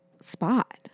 spot